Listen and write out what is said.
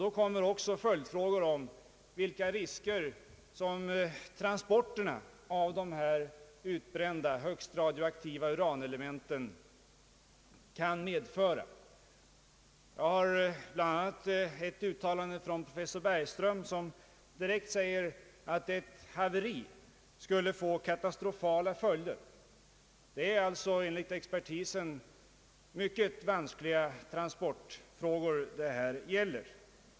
Då uppkommer också följdfrågor om vilka risker som transporterna av de utbrända, högst radioaktiva uranelementen kan medföra. I ett uttalande av professor Bergström framhålles till exempel att ett haveri skulle få katastrofala följder. Det är alltså enligt expertisen mycket vanskliga transportfrågor det här gäller.